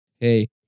hey